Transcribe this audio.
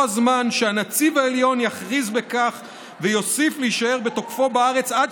הזמן שהנציב העליון יכריז בכך ויוסיף להישאר בתוקפו בארץ עד